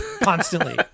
Constantly